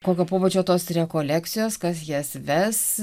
kokio pobūdžio tos rekolekcijos kas jas ves